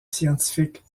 scientifiques